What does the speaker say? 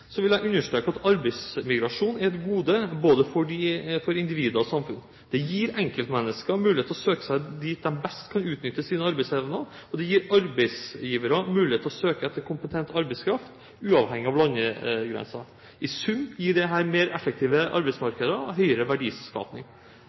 vil jeg understreke at arbeidsmigrasjon er et gode både for individ og samfunn. Det gir enkeltmennesker mulighet til å søke seg dit de best kan utnytte sine arbeidsevner, og det gir arbeidsgivere mulighet til å søke etter kompetent arbeidskraft uavhengig av landegrenser. I sum gir dette mer effektive